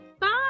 Bye